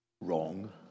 Wrong